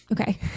Okay